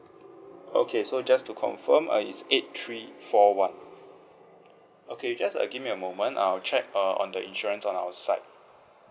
okay so just to confirm uh is eight three four one okay just uh give me a moment I'll check err on the insurance on our side